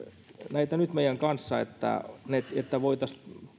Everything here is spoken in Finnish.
nyt meidän kanssamme että voitaisiin